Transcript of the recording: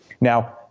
Now